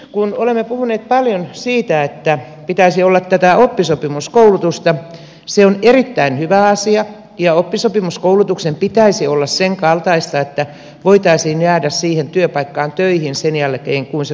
kun olemme puhuneet paljon siitä että pitäisi olla tätä oppisopimuskoulutusta niin se on erittäin hyvä asia ja oppisopimuskoulutuksen pitäisi olla sen kaltaista että voitaisiin jäädä siihen työpaikkaan töihin sen jälkeen kun se koulutus on saatu